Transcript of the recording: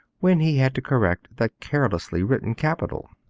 when he had to correct that carelessly written capital?